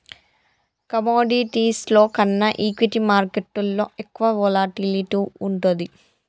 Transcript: కమోడిటీస్లో కన్నా ఈక్విటీ మార్కెట్టులో ఎక్కువ వోలటాలిటీ వుంటది